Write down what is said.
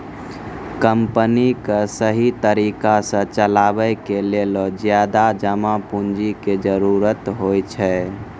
company क सहि तरिका सह चलावे के लेलो ज्यादा जमा पुन्जी के जरुरत होइ छै